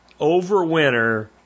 overwinter